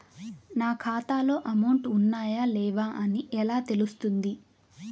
నా ఖాతాలో అమౌంట్ ఉన్నాయా లేవా అని ఎలా తెలుస్తుంది?